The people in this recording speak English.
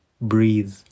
Breathe